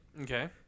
Okay